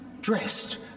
dressed